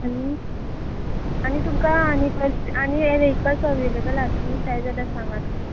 आनी आनी तुमकां आनी बस आनी हे व्हेहकल्स अवेलेबल आसा तुमी तें जाल्यार सांगा तुमी